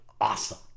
awesome